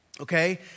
Okay